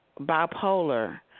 Bipolar